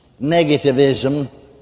negativism